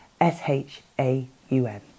S-H-A-U-N